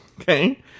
Okay